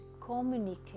communicate